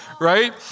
right